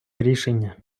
рішення